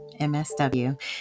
MSW